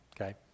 okay